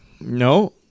no